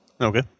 okay